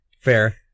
Fair